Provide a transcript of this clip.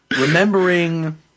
remembering